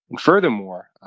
Furthermore